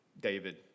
David